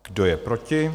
Kdo je proti?